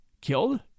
Killed